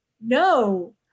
no